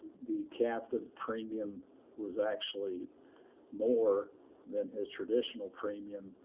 the captive premium was actually more than his traditional premium,